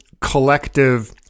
collective